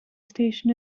station